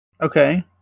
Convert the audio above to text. okay